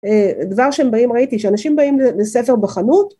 דבר שהם באים ראיתי שאנשים באים לספר בחנות